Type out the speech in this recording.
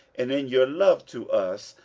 and in your love to us,